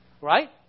right